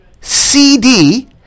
CD